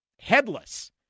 headless